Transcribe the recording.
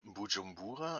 bujumbura